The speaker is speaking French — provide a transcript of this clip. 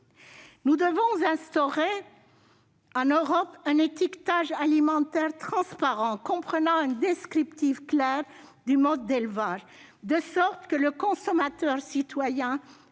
Nous devons instaurer en Europe un étiquetage alimentaire transparent, comprenant un descriptif clair du mode d'élevage, de sorte que le consommateur-citoyen